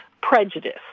prejudice